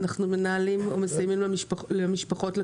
אנחנו מנהלים ומסייעים למשפחות האלה